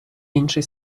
інший